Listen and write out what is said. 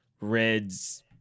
Red's